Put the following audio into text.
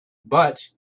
but